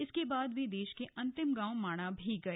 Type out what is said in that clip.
इसके बाद वे देश के अंतिम गांव माणा भी गए